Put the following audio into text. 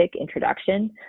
introduction